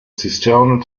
zisterne